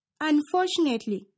Unfortunately